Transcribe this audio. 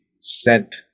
sent